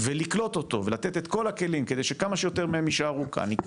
ולקלוט אותו ולתת את כל הכלים כדי שכמה שיותר מהם יישארו כאן,